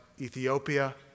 Ethiopia